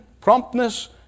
promptness